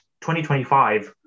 2025